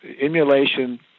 emulation